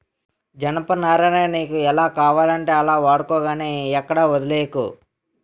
జనపనారని నీకు ఎలా కావాలంటే అలా వాడుకో గానీ ఎక్కడా వొదిలీకు